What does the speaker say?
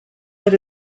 that